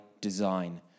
design